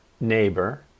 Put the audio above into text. neighbor